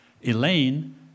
Elaine